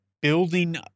building